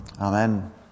Amen